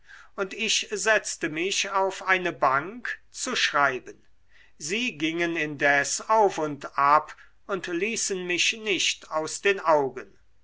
und ich setzte mich auf eine bank zu schreiben sie gingen indes auf und ab und ließen mich nicht aus den augen